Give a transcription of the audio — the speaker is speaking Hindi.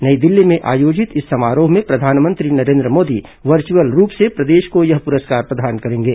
नई दिल्ली में आयोजित इस समारोह में प्रधानमंत्री नरेन्द्र मोदी वर्चुअल रूप से प्रदेश को यह पुरस्कार प्रदान करेंगे